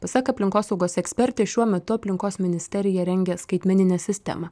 pasak aplinkosaugos ekspertės šiuo metu aplinkos ministerija rengia skaitmeninę sistemą